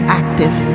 active